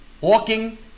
walking